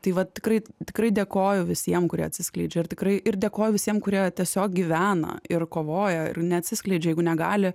tai vat tikrai tikrai dėkoju visiem kurie atsiskleidžia ir tikrai ir dėkoju visiem kurie tiesiog gyvena ir kovoja ir neatsiskleidžia jeigu negali